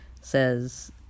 says